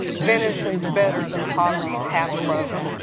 venison's better than poverty's half-loaf.